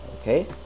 okay